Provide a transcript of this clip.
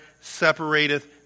separateth